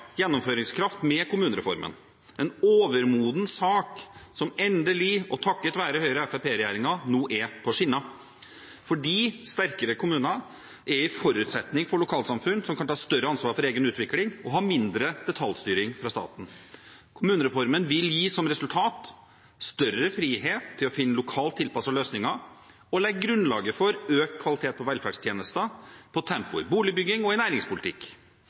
gjennomføringskraft med kommunereformen, en overmoden sak som endelig og takket være Høyre–Fremskrittsparti-regjeringen nå er på skinner, fordi sterkere kommuner er en forutsetning for lokalsamfunn som kan ta større ansvar for egen utvikling og ha mindre detaljstyring fra staten. Kommunereformen vil gi som resultat større frihet til å finne lokalt tilpassede løsninger og legger grunnlaget for økt kvalitet på velferdstjenester, på tempo i boligbygging og i